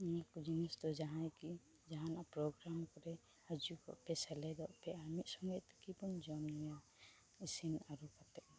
ᱱᱚᱣᱟᱠᱚ ᱡᱤᱱᱤᱥᱫᱚ ᱡᱟᱦᱟᱸᱭᱜᱮ ᱡᱟᱦᱟᱱᱟᱜ ᱯᱨᱳᱜᱨᱟᱢ ᱠᱚᱨᱮ ᱦᱟᱹᱡᱩᱜᱚ ᱯᱮ ᱥᱮᱞᱮᱫᱚᱜ ᱯᱮ ᱟᱨ ᱢᱤᱫ ᱥᱚᱸᱜᱮᱛᱮᱵᱚᱱ ᱡᱚᱢᱼᱧᱩᱭᱟ ᱤᱥᱤᱱᱼᱟᱹᱨᱩ ᱠᱟᱛᱮᱫ